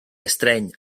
estreny